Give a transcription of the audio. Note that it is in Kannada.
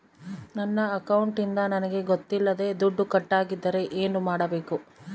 ನನ್ನ ಅಕೌಂಟಿಂದ ನನಗೆ ಗೊತ್ತಿಲ್ಲದೆ ದುಡ್ಡು ಕಟ್ಟಾಗಿದ್ದರೆ ಏನು ಮಾಡಬೇಕು?